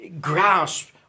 grasp